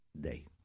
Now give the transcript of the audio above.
day